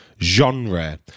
genre